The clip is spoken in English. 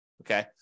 okay